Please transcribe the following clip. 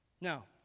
Now